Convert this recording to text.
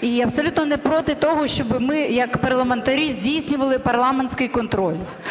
і абсолютно не проти того, щоб ми як парламентарі здійснювали парламентський контроль.